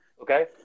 Okay